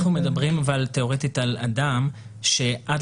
אבל אנחנו מדברים תיאורטית על אדם שעד